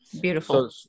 Beautiful